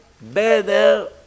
better